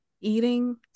eating